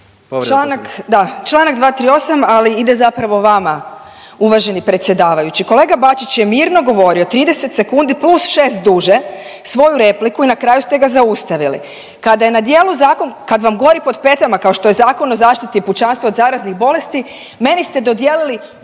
Članak 228., ali ide zapravo vama uvaženi predsjedavajući. Kolega Bačić je mirno govorio 30 sekundi plus 6 duže svoju repliku i na kraju ste ga zaustavili. Kada je na djelu zakon, kad vam gori pod petama kao što je Zakon o zaštiti pučanstva od zaraznih bolesti meni ste dodijelili